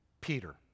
Peter